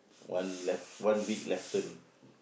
one left one big left turn